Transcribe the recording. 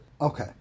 Okay